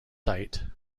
site